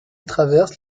traverse